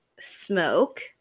smoke